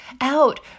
out